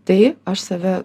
tai aš save